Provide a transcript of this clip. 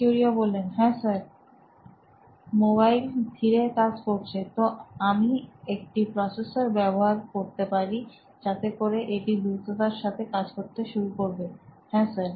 কিউরিও হ্যাঁ sir mobile ধীরে কাজ করছে তো আমি একটি প্রসেসর ব্যবহার করতে পারি যাতে করে এটি দ্রুততার সাথে কাজ করতে শুরু করবে হ্যাঁ স্যার